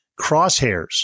crosshairs